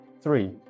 Three